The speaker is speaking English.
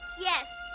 yes.